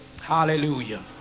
Hallelujah